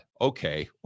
Okay